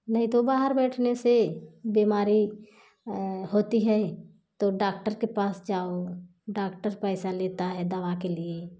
नहीं तो बाहर बैठने से बीमारी होती है तो डाक्टर के पास जाओ डाक्टर पैसा लेता है दवा के लिए